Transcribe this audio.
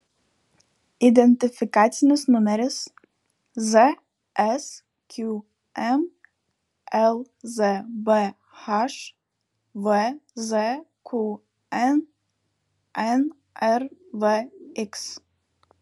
identifikacinis numeris zsqm lzbh vzqn nrvx